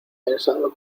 pensado